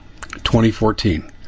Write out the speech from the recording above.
2014